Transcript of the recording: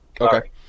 Okay